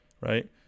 right